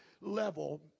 level